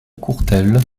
croutelle